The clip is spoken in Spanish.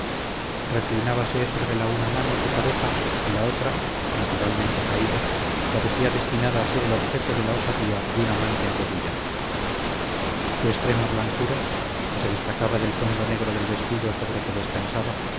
imaginación reclinábase sobre la una mano su cabeza y la otra naturalmente caída parecía destinada a ser el objeto de la osadía de un amante arrodillado su extrema blancura que se destacaba del fondo negro del vestido sobre que descansaba